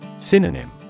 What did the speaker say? Synonym